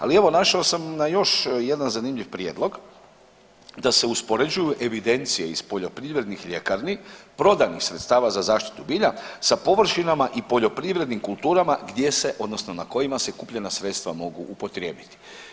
Ali evo naišao sam na još jedan zanimljiv prijedlog da se uspoređuju evidencije iz poljoprivrednih ljekarni prodanih sredstava za zaštitu bilja sa površinama i poljoprivrednim kulturama gdje se odnosno na kojima se kupljena sredstva mogu upotrijebiti.